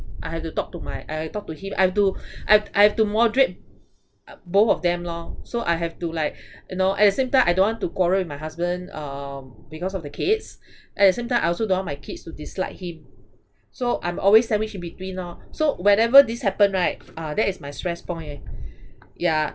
I have to talk to my I have to talk to him I've to I have to moderate uh both of them lor so I have to like you know at the same time I don't want to quarrel with my husband um because of the kids at the same time I also don't want my kids to dislike him so I'm always sandwiched in between lor so whenever this happen right ah that is my stress point ya